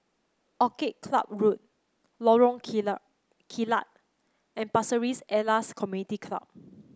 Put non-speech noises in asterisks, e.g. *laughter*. Orchid Club Road Lorong *unintelligible* Kilat and Pasir Ris Elias Community Club